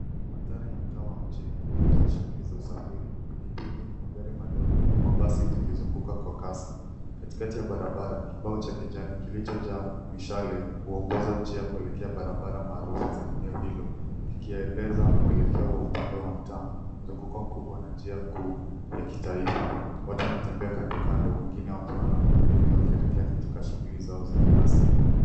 Mandhari ya mtaa wa mjini inajaa shughuli za usafiri, pikipiki, magari madogo na mabasi zikizunguka kwa kasi. Katikati ya barabara, kibao cha kijani kilichojaa mishale huongoza njia kuelekea barabara maarufu za eneo hilo. Kikieleza mwelekeo wa upande wa mtaa, mzunguko mkubwa na njia kuu ya kitaifa. Watu wanatembea kandokando, wengine wakiwa na miavuli wakielekea katika shughuli zao za kila siku.